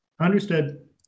Understood